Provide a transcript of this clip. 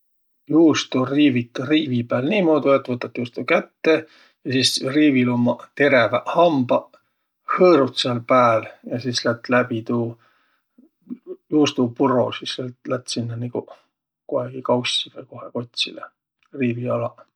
Juustu riivit riivi pääl niimuudu, et võtat juustu kätte ja sis riivil ummaq teräväq hambaq, hõõrut sääl pääl ja sis lätt läbi tuu, juustopuro sis lätt sinnäq nigu kohegi kaussi vai kohekotsilõ riivi alaq.